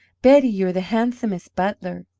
betty, you're the handsomest butler!